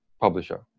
publisher